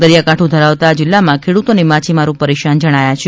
દરિયાકાંઠો ધરાવતા આ જિલ્લામાં ખેડૂતો અને માછીમારો પરેશાન જણાયા છે